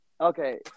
okay